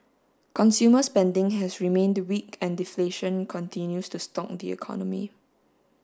consumer spending has remained weak and deflation continues to stalk the economy